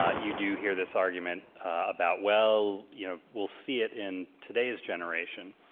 ah you do hear this argument about, well, you know, we'll see it in today's generation,